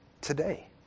today